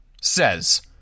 Says